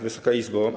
Wysoka Izbo!